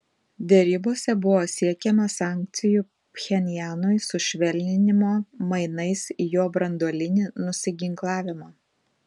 derybose buvo siekiama sankcijų pchenjanui sušvelninimo mainais į jo branduolinį nusiginklavimą